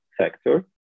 sector